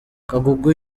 kagugu